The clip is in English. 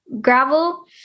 gravel